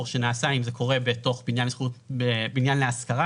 היום בחוק שנעשה אם זה קורה בתוך בניין להשכרה.